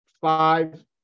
five